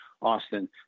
Austin